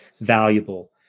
valuable